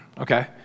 okay